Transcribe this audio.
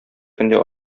көндә